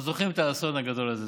אנחנו זוכרים את האסון הגדול הזה,